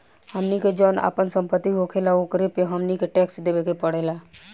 हमनी के जौन आपन सम्पति होखेला ओकरो पे हमनी के टैक्स देबे के पड़ेला